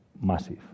massive